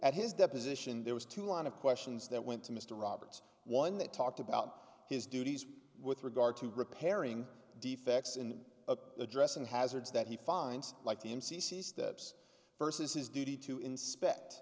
at his deposition there was two line of questions that went to mr roberts one that talked about his duties with regard to repairing defects in the dress and hazards that he finds like the m c c steps versus his duty to inspect